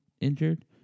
injured